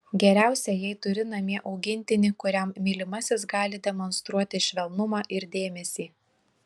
geriausia jei turi namie augintinį kuriam mylimasis gali demonstruoti švelnumą ir dėmesį